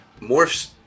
morphs